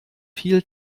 viel